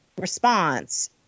response